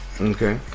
Okay